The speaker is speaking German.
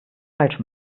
falsch